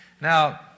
Now